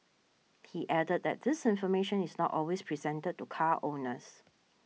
he added that this information is not always presented to car owners